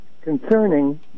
concerning